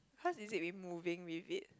cause is it we moving with it